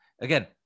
again